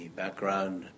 background